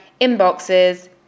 inboxes